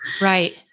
Right